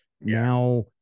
now